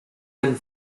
and